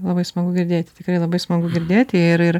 labai smagu girdėti tikrai labai smagu girdėti ir ir